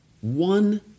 One